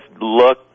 look